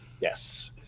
Yes